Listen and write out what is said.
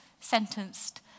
sentenced